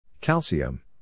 calcium